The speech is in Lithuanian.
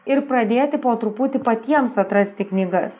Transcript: ir pradėti po truputį patiems atrasti knygas